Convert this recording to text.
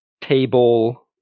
table